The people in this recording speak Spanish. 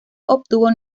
obtuvo